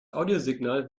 audiosignal